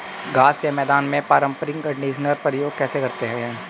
घास के मैदान में पारंपरिक कंडीशनर का प्रयोग कैसे करते हैं?